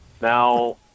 Now